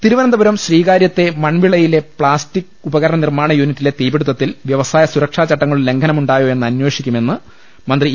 തിരുവനന്തപുരം ശ്രീകാര്യത്തെ മൺവിളയിലെ പ്ലാസ്റ്റിക് ഉപകരണ നിർമാണ യൂനിറ്റിലെ തീപിടുത്തിൽ വ്യവസായ സുരക്ഷാ ചട്ടങ്ങളുടെ ലംഘനമു ണ്ടായോ എന്ന് അന്വേഷിക്കുമെന്ന് മന്ത്രി ഇ